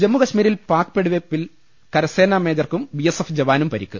ജമ്മു കശ്മീരിൽ പാക്ക് വെടിവെയ്പിൽ കരസേന മേജർക്കും ബിഎസ്എഫ് ജവാനും പരിക്ക്